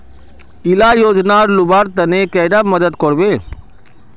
इला योजनार लुबार तने कैडा मदद करबे?